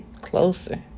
closer